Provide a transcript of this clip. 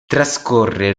trascorre